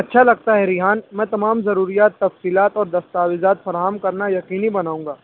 اچھا لگتا ہے ریحان میں تمام ضروریات تفصیلات اور دستاویزات فراہم کرنا یقنیی بناؤں گا